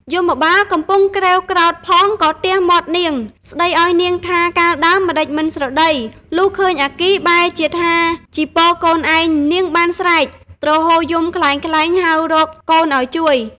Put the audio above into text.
យមបាលកំពុងក្រេវក្រោធផង ក៏ទះមាត់នាង ស្តីឱ្យនាងថា កាលដើមម្តេចមិនស្រដី លុះឃើញអគ្គិបែរជាថាចីពរកូនឯង នាងបានស្រែក ទ្រហោយំក្លែងៗ ហៅរកកូនឱ្យជួយ ។